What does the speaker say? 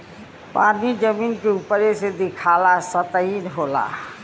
पानी जमीन के उपरे से दिखाला सतही होला